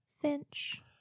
Finch